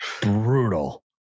brutal